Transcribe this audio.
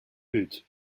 hood